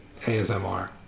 ASMR